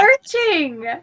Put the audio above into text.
searching